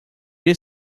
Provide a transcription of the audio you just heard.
est